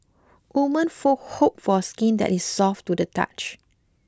women for hope for skin that is soft to the touch